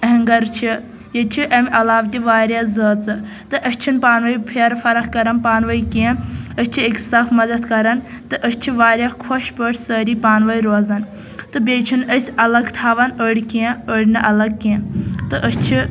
اہنٛگر چھِ ییٚتہِ چھِ اَمہِ عَلاو تہِ واریاہ زٲژٕ تہٕ أسۍ چھِ نہٕ پانہٕ وٲنۍ پھیرٕ فرق کران پانہٕ وٲنۍ کیٚنٛہہ أسۍ چھِ أکِس اکھ مدد کران تہٕ أسۍ چھِ واریاہ خۄش پٲٹھۍ سٲری پانہٕ وٲنۍ روزان تہٕ بیٚیہِ چھِنہٕ أسۍ الگ تھاوان أڑۍ کیٚنٛہہ أڑۍ نہٕ الگ کیٚنٛہہ تہٕ أسۍ چھِ